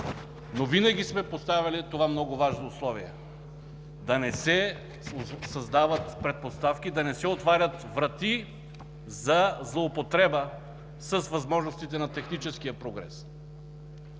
но винаги сме поставяли това много важно условие – да не се създават предпоставки, да не се отварят врати за злоупотреба с възможностите на техническия прогрес.